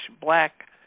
black